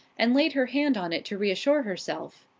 and laid her hand on it to reassure herself.